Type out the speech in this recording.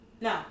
No